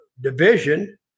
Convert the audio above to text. division